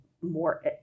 more